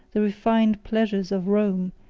the refined pleasures of rome,